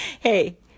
hey